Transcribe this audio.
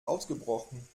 ausgebrochen